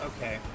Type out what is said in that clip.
Okay